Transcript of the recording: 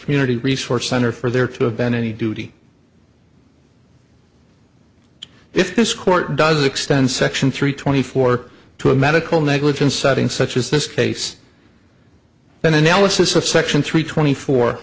community resource center for there to have been any duty if this court does extend section three twenty four to a medical negligence setting such as this case then analysis of section three twenty four